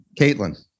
Caitlin